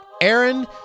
Aaron